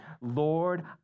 Lord